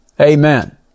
Amen